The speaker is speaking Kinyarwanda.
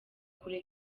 kure